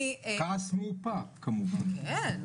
ולכן אני לא יודע מה כבר היה.